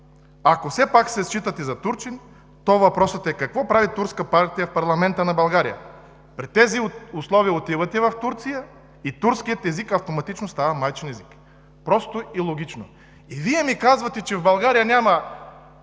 Ако все пак се считате за турчин, то въпросът е: какво прави турска партия в парламента на България? При тези условия отивате в Турция и турският език автоматично става майчин език. Просто и логично.“ И Вие ми казвате, че в България няма